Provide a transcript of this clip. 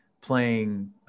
playing